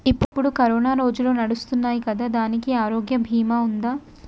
ఇప్పుడు కరోనా రోజులు నడుస్తున్నాయి కదా, దానికి ఆరోగ్య బీమా ఉందా?